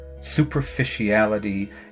superficiality